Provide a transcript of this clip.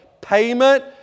payment